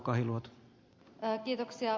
arvoisa puhemies